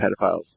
pedophiles